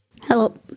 Hello